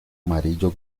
amarillo